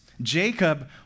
Jacob